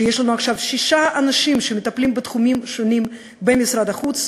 שיש לנו עכשיו שישה אנשים שמטפלים בתחומים שונים במשרד החוץ,